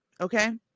okay